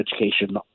education